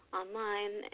online